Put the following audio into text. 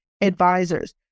Advisors